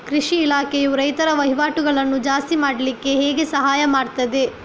ಕೃಷಿ ಇಲಾಖೆಯು ರೈತರ ವಹಿವಾಟುಗಳನ್ನು ಜಾಸ್ತಿ ಮಾಡ್ಲಿಕ್ಕೆ ಹೇಗೆ ಸಹಾಯ ಮಾಡ್ತದೆ?